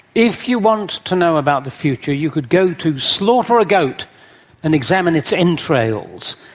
if you want to know about the future you could go to slaughter a goat and examine its entrails,